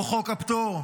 או חוק הפטור.